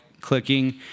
clicking